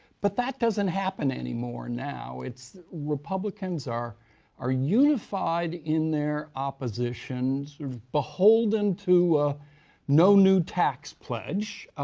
but that doesn't happen anymore now. it's republicans are are unified in their oppositions, or beholden to a no new tax pledge